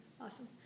Awesome